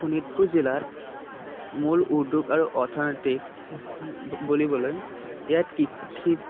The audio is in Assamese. শোণিতপুৰ জিলাত মূল উদ্যোগ আৰু অৰ্থনৈতিক বুলিবলৈ ইয়াত কৃষি